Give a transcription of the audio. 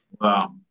Wow